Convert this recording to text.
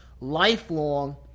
lifelong